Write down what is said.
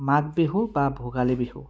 মাঘ বিহু বা ভোগালী বিহু